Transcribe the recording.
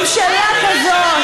ממשלה כזאת,